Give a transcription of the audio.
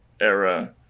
era